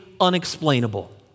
unexplainable